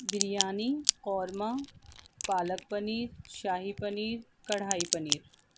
biryani korma palak paneer shahi paneer kadai paneer